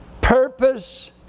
purpose